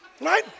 right